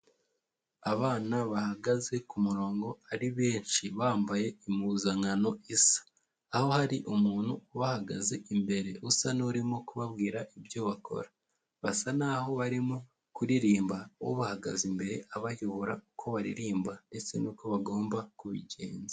Abana bahagaze ku murongo ari benshi bambaye impuzankano isa, aho hari umuntu ubahagaze imbere usa n'urimo kubabwira ibyo bakora, basa n'aho barimo kuririmba, ubahagaze imbere abayobora uko baririmba ndetse n'uko bagomba kubigenza.